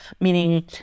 meaning